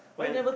when